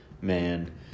man